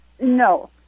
no